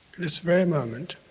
this very moment.